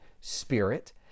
Spirit